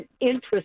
interest